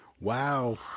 Wow